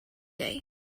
day